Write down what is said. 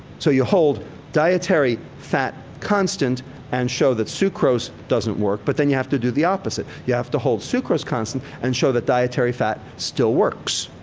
so, you hold dietary fat constant and show that sucrose doesn't work, but then you have to do the opposite. you have to hold sucrose constant and show that dietary fat still works.